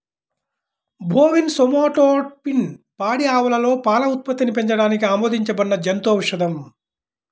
bovine somatotropin పాడి ఆవులలో పాల ఉత్పత్తిని పెంచడానికి ఆమోదించబడిన జంతు ఔషధం